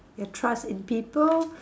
your trust in people